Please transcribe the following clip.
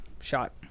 shot